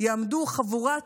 אז יעמדו חבורת,